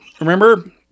Remember